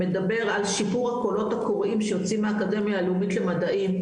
מדבר על שיפור ה"קולות הקוראים" שיוצאים מהאקדמיה הלאומית למדעים,